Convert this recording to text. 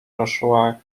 joshua